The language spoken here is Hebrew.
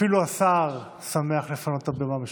אפילו השר שמח לפנות את הבמה בשבילך.